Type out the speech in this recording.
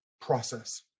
process